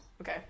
okay